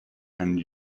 and